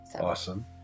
Awesome